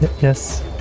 Yes